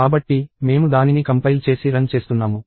కాబట్టి మేము దానిని కంపైల్ చేసి రన్ చేస్తున్నాము